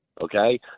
Okay